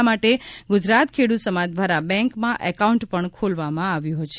આ માટે ગુજરાત ખેડ્રત સમાજ દ્વારા બેંકમાં એકાઉન્ટ પણ ખોલવામાં આવ્યું છે